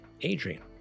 Adrian